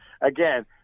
Again